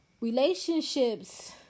relationships